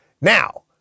Now